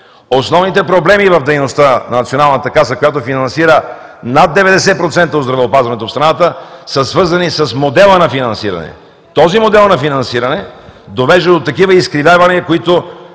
Основните проблеми в дейността на Националната каса, която финансира над 90% от здравеопазването в страната, са свързани с модела на финансиране. Този модел на финансиране довежда до такива изкривявания, които